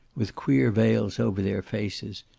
with queer veils over their faces,